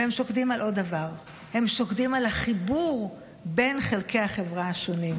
והם שוקדים על עוד דבר: הם שוקדים על החיבור בין חלקי החברה השונים.